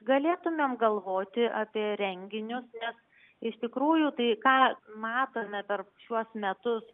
galėtumėm galvoti apie renginius nes iš tikrųjų tai ką matome per šiuos metus